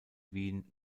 wien